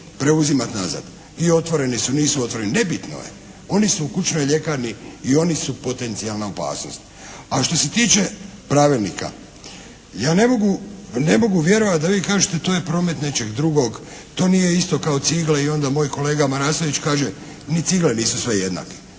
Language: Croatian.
preuzimati nazad. I otvoreni su, nisu otvoreni, nebitno je. Oni su u kućnoj ljekarni i oni su potencijalna opasnost. A što se tiče pravilnika ja ne mogu, ne mogu vjerovati da vi kažete to je promet nečeg drugog. To nije isto kao cigla i onda moj kolega Marasović kaže: "Ni cigle nisu sve jednake".